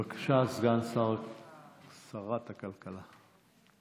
בבקשה, סגן שרת הכלכלה.